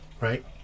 Right